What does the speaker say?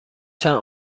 چند